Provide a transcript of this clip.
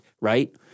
right